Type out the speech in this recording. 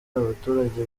abaturage